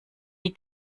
die